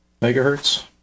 megahertz